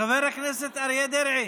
חבר הכנסת אריה דרעי,